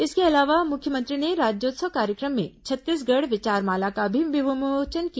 इसके अलावा मुख्यमंत्री ने राज्योत्सव कार्यक्रम में छत्तीसगढ़ विचार माला का भी विमोचन किया